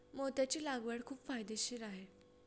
मोत्याची लागवड खूप फायदेशीर आहे